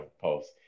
post